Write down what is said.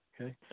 Okay